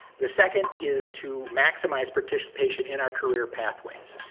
the second is to maximize participation in our career pathways.